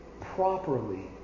properly